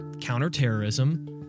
counterterrorism